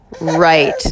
right